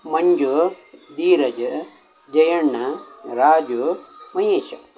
Manju Dheeraj Jayanna Raju Mahesh